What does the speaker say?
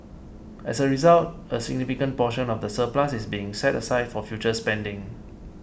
as a result a significant portion of the surplus is being set aside for future spending